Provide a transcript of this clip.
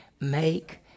Make